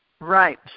Right